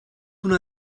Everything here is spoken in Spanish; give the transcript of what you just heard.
una